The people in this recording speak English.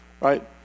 right